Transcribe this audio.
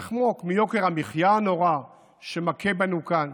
נחמוק מיוקר המחיה הנורא שמכה בנו כאן.